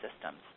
systems